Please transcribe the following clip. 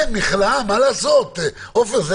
כן, מכלאה, מה לעשות עופר?